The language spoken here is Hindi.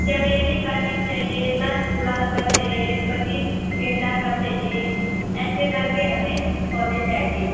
चमेली का बीस चाहिए दस गुलाब का चाहिए पच्चीस गेंदा का चाहिए ऐसे करके हमें पौधे चाहिए